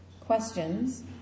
Questions